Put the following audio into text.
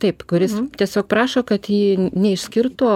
taip kuris tiesiog prašo kad jį neišskirtų o